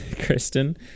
Kristen